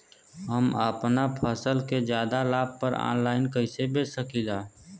हम अपना फसल के ज्यादा लाभ पर ऑनलाइन कइसे बेच सकीला?